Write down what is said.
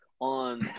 on